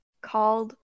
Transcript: called